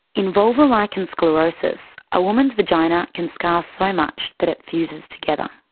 in vulvar lichen sclerosus, a woman's vagina can scar so much that it fuses together.